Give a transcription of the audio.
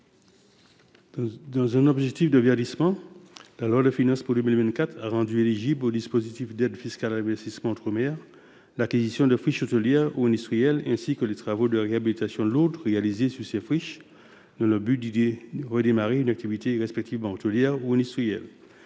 des politiques publiques, la loi de finances pour 2024 a rendu éligible au dispositif d’aide fiscale à l’investissement outre mer l’acquisition de friches hôtelières ou industrielles ainsi que les travaux de réhabilitation lourde réalisés sur ces friches dans le but d’y redémarrer une activité, respectivement hôtelière ou industrielle.